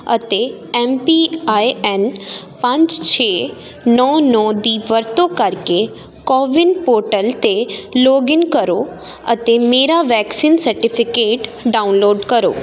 ਅਤੇ M P I N ਪੰਜ ਛੇ ਨੌਂ ਨੌਂ ਦੀ ਵਰਤੋਂ ਕਰਕੇ ਕੋਵਿਨ ਪੋਰਟਲ 'ਤੇ ਲੋਗਿਨ ਕਰੋ ਅਤੇ ਮੇਰਾ ਵੈਕਸਿਨ ਸਰਟੀਫਿਕੇਟ ਡਾਊਨਲੋਡ ਕਰੋ